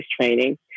training